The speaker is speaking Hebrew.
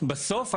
בסוף אנחנו,